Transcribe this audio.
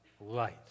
light